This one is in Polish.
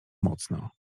mocno